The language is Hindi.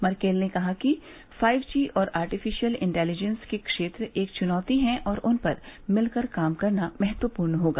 मर्केल ने कहा कि फाइव जी और आर्टिफिशियल इंटेलिजेंस के क्षेत्र एक चुनौती है और उन पर मिलकर काम करना महत्वपूर्ण होगा